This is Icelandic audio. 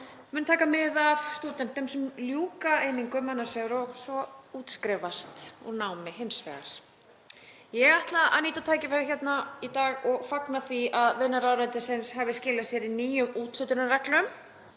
muni taka mið af stúdentum sem ljúka einingum annars vegar og svo útskrifast úr námi hins vegar. Ég ætla að nýta tækifærið hérna í dag og fagna því að vinna ráðuneytisins hafi skilað sér í nýjum úthlutunarreglum